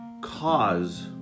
cause